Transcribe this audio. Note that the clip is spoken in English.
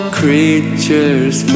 creatures